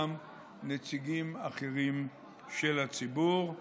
גם נציגים אחרים של הציבור.